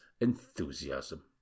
enthusiasm